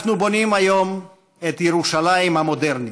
אנחנו בונים היום את ירושלים המודרנית.